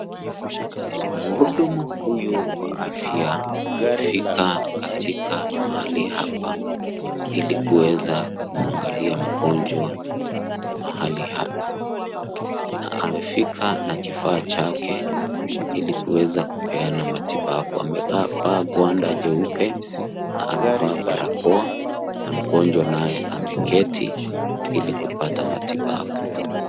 Mhudumu huyu wa afya amefika katika mahali hapa ili kuweza kumwangalia mgonjwa mahali hapa na amefika na kifaa chake ili kuweza kupeana matibabu. Amevaa gwanda jeupe na amevaa barakoa na mgonjwa naye ameketi ili kupata matibabu.